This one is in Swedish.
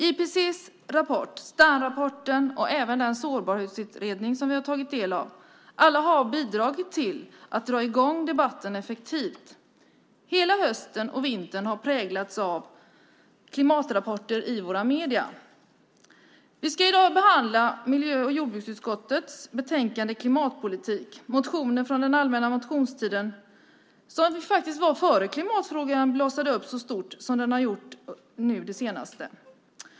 IPCC:s rapport, Sternrapporten och även den sårbarhetsutredning som vi har tagit del av har alla bidragit till att dra i gång debatten effektivt. Hela hösten och vintern har präglats av klimatrapporter i våra medier. Vi ska i dag behandla miljö och jordbruksutskottets betänkande Klimatpolitik och motioner från den allmänna motionstiden som faktiskt var innan klimatfrågan blossade upp så stort som den sedan har gjort.